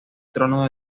trono